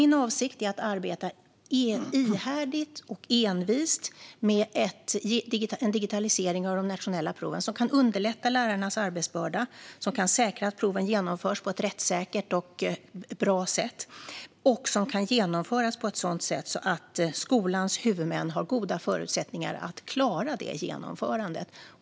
Min avsikt är att arbeta ihärdigt och envist med en digitalisering av de nationella proven som kan underlätta lärarnas arbetsbörda, som kan säkra att proven genomförs på ett rättssäkert och bra sätt och som kan genomföras på ett sådant sätt att skolans huvudmän har goda förutsättningar att klara det genomförandet.